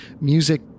music